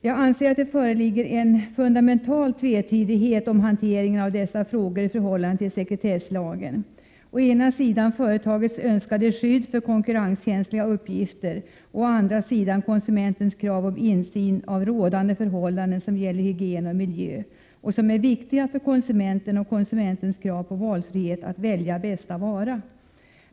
Jag anser att det föreligger en fundamental tvetydighet i fråga om hanteringen av dessa frågor i förhållande till sekretesslagen: å ena sidan företagens önskade skydd för konkurrenskänsliga uppgifter, å andra sidan konsumentens krav på insyn i rådande förhållanden som gäller hygien och miljö. Dessa uppgifter är viktiga för konsumenten och dennes anspråk på valfrihet. Det gäller att kunna välja bästa vara.